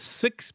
six